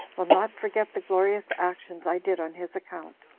will not forget the glorious actions i did on his account.